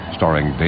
Starring